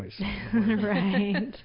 Right